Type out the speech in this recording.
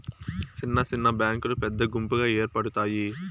సిన్న సిన్న బ్యాంకులు పెద్ద గుంపుగా ఏర్పడుతాయి